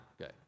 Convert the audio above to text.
Okay